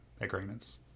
agreements